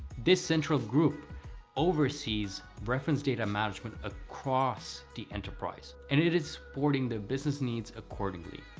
this central group oversees reference data management across the enterprise. and it is supporting the business needs accordingly.